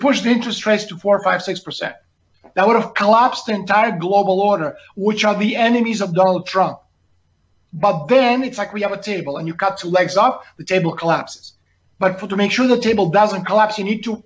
the interest rates to four five six percent that would have collapsed entire global order which are the enemies of donald trump but then it's like we have a table and you cut two legs up the table collapses but for to make sure the table doesn't collapse you need to